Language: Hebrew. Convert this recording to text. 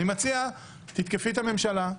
אני מציע, תתקפי את הממשלה,